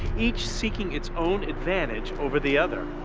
each seeking its own advantage over the other.